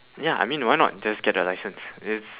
ya I mean why not just get the licence it's